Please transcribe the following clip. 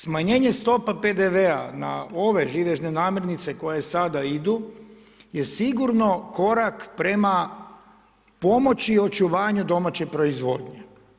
Smanjenje stopa PDV-a na ove živežne namirnice koje sada idu je sigurno korak prema pomoći i očuvanju domaće proizvodnje.